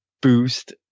boost